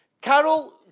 Carol